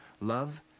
love